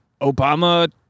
Obama